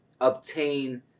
obtain